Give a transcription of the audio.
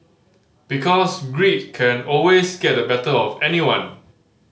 because greed can always get the better of anyone